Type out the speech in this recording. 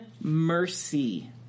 mercy